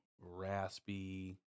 raspy